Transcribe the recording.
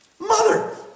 mother